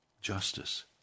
justice